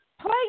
play